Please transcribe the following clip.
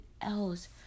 else